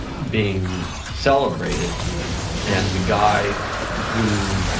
being celebrated and the guy who